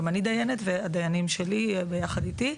גם אני דיינת, והדיינים שלי ביחד איתי.